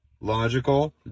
logical